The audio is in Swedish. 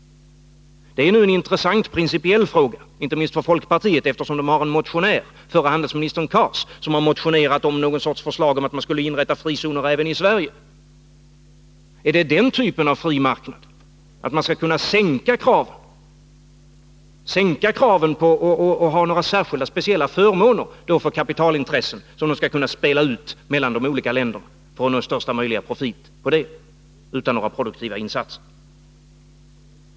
Detta är en intressant principiell fråga inte minst för folkpartiet, eftersom förre handelsministern Hadar Cars har motionerat om ett förslag att inrätta frizoner även i Sverige. Är det den typen av fri marknad man vill ha, att man skall sänka kraven på och ha särskilda förmåner för kapitalintressen som skall kunna spelas ut mellan de olika länderna för att nå största möjliga profit utan några produktiva insatser?